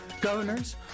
governors